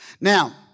Now